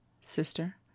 Sister